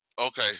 Okay